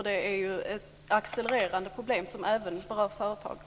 Det är ju ett accelererande problem som även rör företagen.